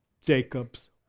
Jacob's